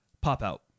pop-out